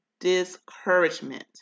discouragement